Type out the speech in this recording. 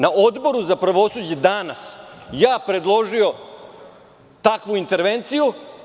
Na odboru za pravosuđe danas ja sam predložio takvu intervenciju.